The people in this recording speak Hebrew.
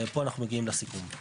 ופה אנחנו מגיעים לסיכום.